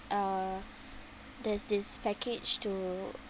uh there's this package to